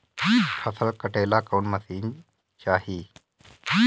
फसल काटेला कौन मशीन चाही?